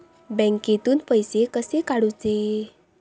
बँकेतून पैसे कसे काढूचे?